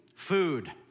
food